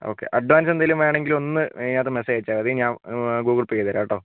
okay advance എന്തെങ്കിലും വേണമെങ്കിൽ ഒന്ന് വേഗം അത് മെസ്സേജ് അയച്ചാൽ മതി ഞാൻ ഗൂഗിൾ പേ ചെയ്തു തരാം കേട്ടോ